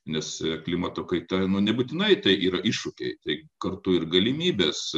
nes klimato kaita nebūtinai tai yra iššūkiai tai kartu ir galimybės